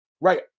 Right